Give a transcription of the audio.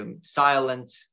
silent